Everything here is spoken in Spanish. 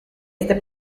este